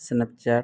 snap ᱪᱟᱴ